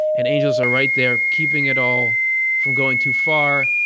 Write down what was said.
and angels are right there keeping it all from going too far,